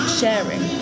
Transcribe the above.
sharing